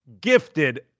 gifted